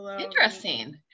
interesting